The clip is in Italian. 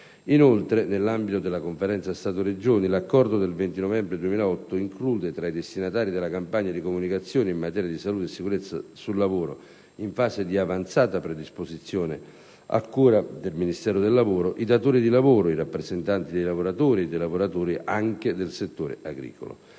Inoltre, nell'ambito della Conferenza Stato-Regioni, l'accordo del 20 novembre 2008 include tra i destinatari della campagna di comunicazione in materia di salute e sicurezza sul lavoro (in fase di avanzata predisposizione a cura del Ministero del lavoro) i datori di lavoro, i rappresentanti dei lavoratori ed i lavoratori anche del settore agricolo.